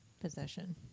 possession